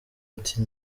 ati